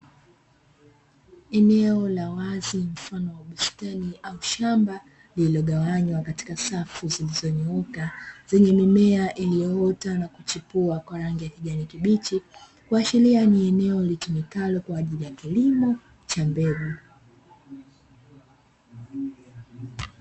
Eneo la wazi mfano wa bustani au shamba, lililogawanywa katika safu zilizonyooka, zenye mimea iliyoota na kuchipua kwa rangi ya kijani kibichi kuashiria ni eneo lilitumikalo kwa ajili ya kilimo cha mbegu.